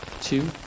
Two